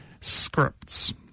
scripts